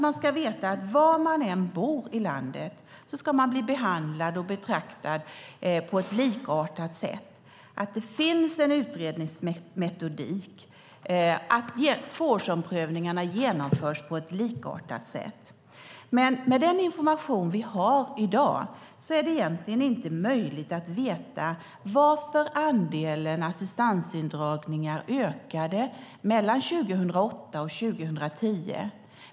Man ska veta att var man än bor i landet ska man bli behandlad och bli betraktad på ett likartat sätt samt att det finns en utredningsmetodik och att tvåårsomprövningarna genomförs på likartat sätt. Men med den information vi har i dag är det egentligen inte möjligt att veta varför andelen assistansindragningar ökade mellan år 2008 och år 2010.